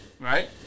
right